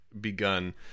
begun